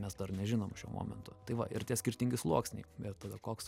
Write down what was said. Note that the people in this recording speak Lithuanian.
mes dar nežinom šiuo momentu tai va ir tie skirtingi sluoksniai bet tada koks